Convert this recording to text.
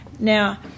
Now